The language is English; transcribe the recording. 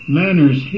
manners